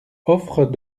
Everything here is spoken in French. offre